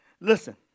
Listen